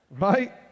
Right